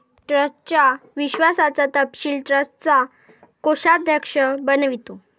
ट्रस्टच्या विश्वासाचा तपशील ट्रस्टचा कोषाध्यक्ष बनवितो